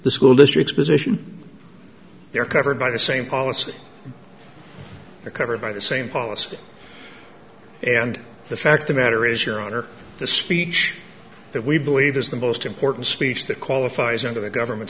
the school districts position they're covered by the same policy or covered by the same policy and the fact the matter is your honor the speech that we believe is the most important speech that qualifies under the government